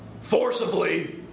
forcibly